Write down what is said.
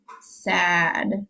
sad